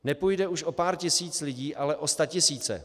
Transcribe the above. Nepůjde už o pár tisíc lidí, ale o statisíce.